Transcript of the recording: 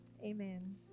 amen